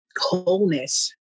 wholeness